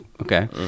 okay